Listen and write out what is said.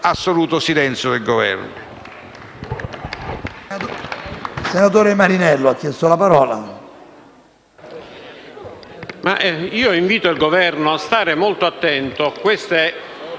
l'assoluto silenzio del Governo.